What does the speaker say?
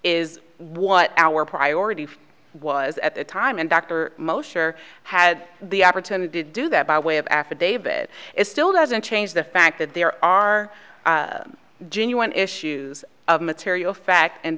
is what our priority was at the time and dr moshe had the opportunity to do that by way of affidavit it still doesn't change the fact that there are genuine issues of material fact and